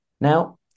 now